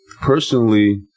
personally